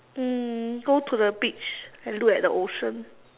mm go to the beach and look at the ocean